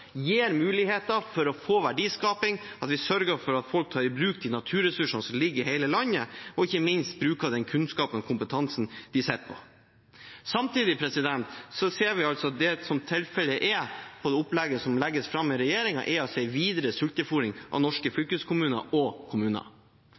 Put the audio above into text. gir muligheter til verdiskaping – at vi sørger for at folk tar i bruk de naturressursene som finnes i hele landet, og ikke minst bruker den kunnskapen og kompetansen de sitter på. Samtidig ser vi at det opplegget som legges fram av regjeringen, er en videre sultefôring av norske fylkeskommuner og kommuner. Man legger ikke til rette for å